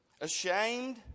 Ashamed